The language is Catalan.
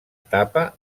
etapa